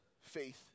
faith